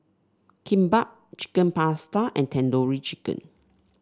Kimbap Chicken Pasta and Tandoori Chicken